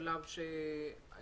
בשלב של התזכיר.